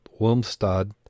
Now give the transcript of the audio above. Wilmstad